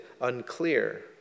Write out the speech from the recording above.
unclear